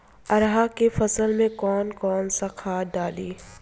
अरहा के फसल में कौन कौनसा खाद डाली?